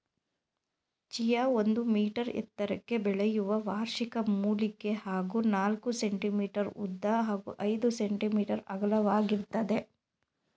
chia ಒಂದು metre ಎತ್ತರಕ್ಕೆ ಬೆಳೆಯುವ ವಾರ್ಷಿಕ ಮೂಲಿಕೆ ಹಾಗೂ ನಾಲ್ಕು ಸೆ.ಮೀ ಉದ್ದ ಹಾಗೂ ಐದು ಸೆ.ಮೀ ಅಗಲವಾಗಿರ್ತದೆ